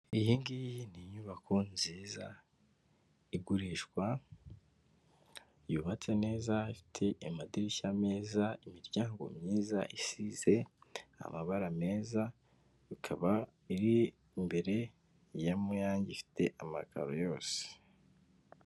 Iyi ngiyi ni inyubako nziza igurishwa, yubatse neza afite amadirishya meza, imiryango myiza isize amabara meza, ikaba iri imbere ya Muyange ifite amakaro yose.